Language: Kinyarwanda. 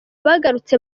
bagarutse